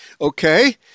Okay